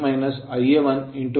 ಆದ್ದರಿಂದ Eb1 215